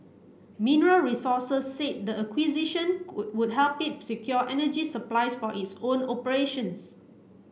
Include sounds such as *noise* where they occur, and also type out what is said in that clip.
Mineral Resources said the acquisition *unintelligible* would help it secure energy supplies for its own operations